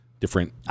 Different